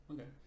Okay